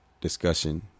discussion